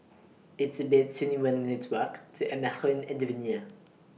It's about twenty one minutes' Walk to